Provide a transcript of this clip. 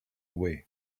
away